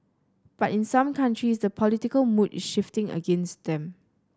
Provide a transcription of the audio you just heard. but in some countries the political mood is shifting against them